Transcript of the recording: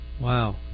Wow